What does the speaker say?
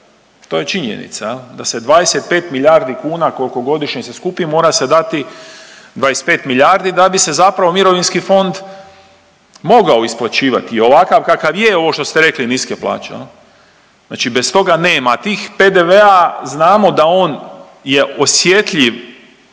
To je činjenica jel, da se 25 milijardi kuna koliko godišnje se skupi mora se dati 25 milijardi da bi se zapravo mirovinski fond moga isplaćivati ovakav kakav je ovo što ste rekli niske plaće jel. Znači bez toga nema, a tih PDV-a znamo da on je osjetljiv